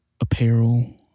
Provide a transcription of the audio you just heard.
apparel